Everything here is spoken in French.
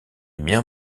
miens